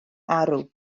arw